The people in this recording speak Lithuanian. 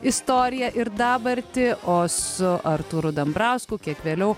istoriją ir dabartį o su artūru dambrausku kiek vėliau